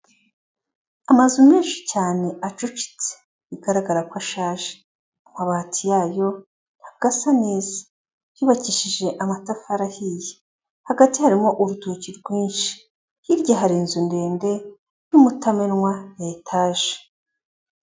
Amazu menshi cyane acucitse bigaragara ko ashaje, amabati yayo ntabwo asa neza, yubakishije amatafari ahiye, hagati harimo urutoki rwinshi, hirya hari inzu ndende y'umutamenwa ya etaje.